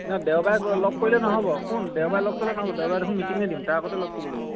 নাই দেওবাৰে লগ কৰিলে নহ'ব শুন দেওবাৰে লগ কৰিলে নহ'ব দেওবাৰে দেখোন মিটিঙে দিম তাৰ আগতে লগ কৰিব লাগিব